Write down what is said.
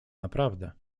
naprawdę